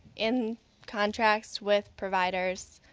in contracts with providers